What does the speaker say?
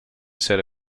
ser